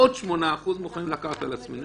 עוד 8% אנחנו מוכנים לקחת על עצמנו.